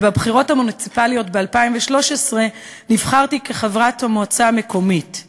ובבחירות המוניציפליות ב-2013 נבחרתי כחברת המועצה המקומית,